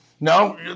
no